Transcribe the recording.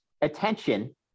attention